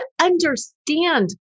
understand